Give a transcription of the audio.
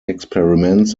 experiments